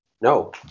No